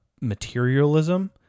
materialism